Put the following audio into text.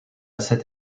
cette